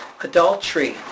Adultery